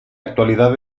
actualidad